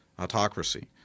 autocracy